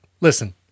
listen